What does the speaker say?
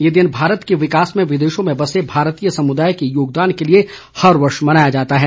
यह दिन भारत के विकास में विदेशों में बसे भारतीय समुदाय के योगदान के लिए हर वर्ष मनाया जाता है